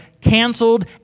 canceled